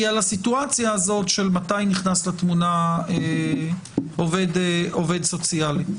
הוא הסיטואציה הזאת מתי נכנס לתמונה עובד סוציאלי.